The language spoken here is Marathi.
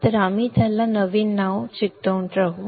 तर आम्ही त्या नावाला चिकटून राहू